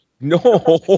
no